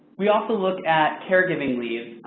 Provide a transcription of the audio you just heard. we also look at caregiving leaves.